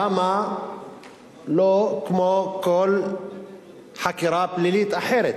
למה לא כמו כל חקירה פלילית אחרת?